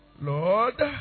Lord